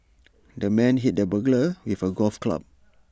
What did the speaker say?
the man hit the burglar with A golf club